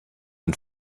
and